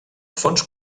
fons